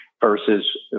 versus